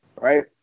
right